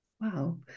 wow